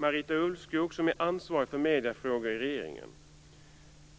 Marita Ulvskog, som är ansvarig för mediefrågor i regeringen,